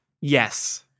Yes